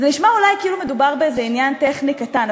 זה נשמע אולי כאילו מדובר בעניין טכני קטן,